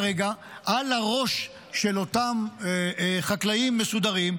כרגע על הראש של אותם חקלאים מסודרים,